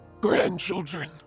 Grandchildren